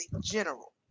general